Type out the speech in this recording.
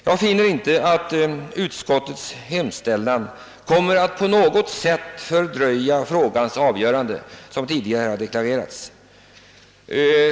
Jag finner inte att utskottets hemställan på något sätt fördröjer frågans avgörande, vilket tidigare har deklarerats.